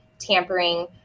tampering